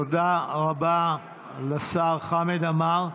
תודה רבה לשר חמד עמאר.